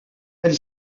elle